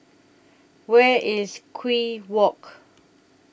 Where IS Kew Walk